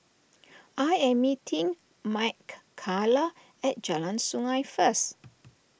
I am meeting Mckayla at Jalan Sungei first